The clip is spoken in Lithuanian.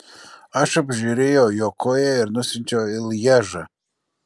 aš apžiūrėjau jo koją ir nusiunčiau į lježą